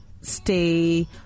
stay